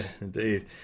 indeed